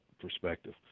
perspective